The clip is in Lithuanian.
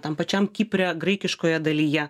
tam pačiam kipre graikiškoje dalyje